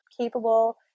capable